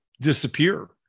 disappear